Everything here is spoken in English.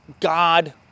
God